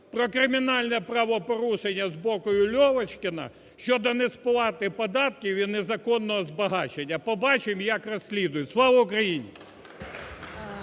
про кримінальне правопорушення з боку Льовочкіна щодо несплати податків і незаконного збагачення. Побачимо, як розслідують. Слава Україні!